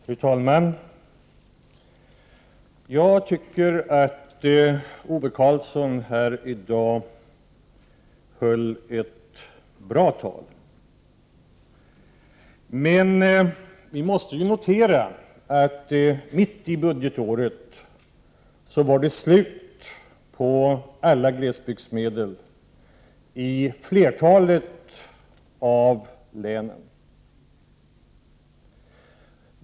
Fru talman! Jag tycker att Ove Karlsson här i dag höll ett bra tal. Men vi måste ju notera att mitt i budgetåret var det slut på alla glesbygdsmedel i flertalet av länen.